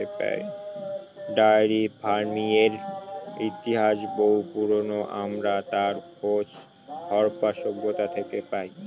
diary ফার্মিংয়ের ইতিহাস বহু পুরোনো, আমরা তার খোঁজ হরপ্পা সভ্যতা থেকে পাই